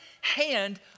hand